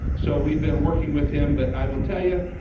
so we've been working with him but i will tell you,